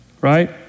Right